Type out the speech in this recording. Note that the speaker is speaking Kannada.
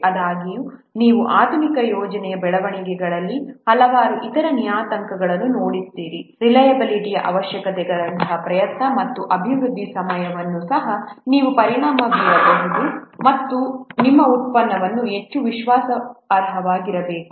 ಆದಾಗ್ಯೂ ನೀವು ಆಧುನಿಕ ಯೋಜನೆಯ ಬೆಳವಣಿಗೆಗಳಲ್ಲಿ ಹಲವಾರು ಇತರ ನಿಯತಾಂಕಗಳನ್ನು ನೋಡುತ್ತೀರಿ ರಿಲೈಯಬಿಲಿಟಿಯ ಅವಶ್ಯಕತೆಗಳಂತಹ ಪ್ರಯತ್ನ ಮತ್ತು ಅಭಿವೃದ್ಧಿ ಸಮಯವನ್ನು ಸಹ ನೀವು ಪರಿಣಾಮ ಬೀರಬಹುದು ನಿಮ್ಮ ಉತ್ಪನ್ನವು ಹೆಚ್ಚು ವಿಶ್ವಾಸಾರ್ಹವಾಗಿರಬೇಕು